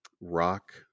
rock